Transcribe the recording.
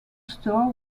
store